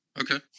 Okay